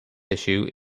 issue